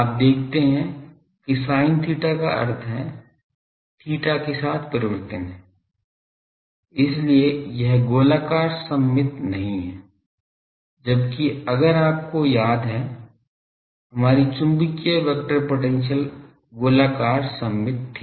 आप देखते हैं कि sin theta का अर्थ है theta के साथ परिवर्तन है इसलिए यह गोलाकार सममित नहीं है जबकि अगर आपको याद है हमारी चुंबकीय वेक्टर पोटेंशियल गोलाकार सममित थी